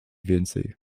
więcej